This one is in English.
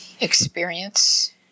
experience